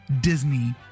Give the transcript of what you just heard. Disney